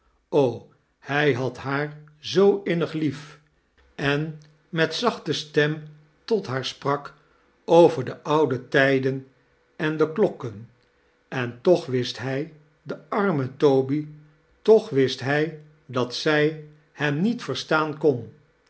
hij had haar zoo innig lief en met zachte stem tot haar sprak over de oude tijden en de klokken en toch wist hij de arme toby toch wist hij dat zij hem niet verstaan kon